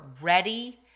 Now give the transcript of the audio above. ready